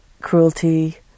cruelty